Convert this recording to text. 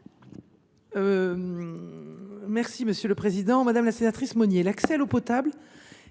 la ministre déléguée. Madame la sénatrice Monier, l’accès à l’eau potable